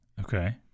Okay